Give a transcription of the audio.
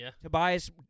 Tobias